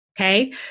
okay